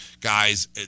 guys